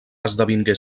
esdevingué